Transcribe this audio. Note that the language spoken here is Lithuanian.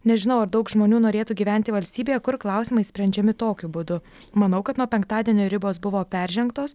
nežinau ar daug žmonių norėtų gyventi valstybėje kur klausimai sprendžiami tokiu būdu manau kad nuo penktadienio ribos buvo peržengtos